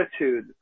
attitude